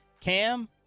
Cam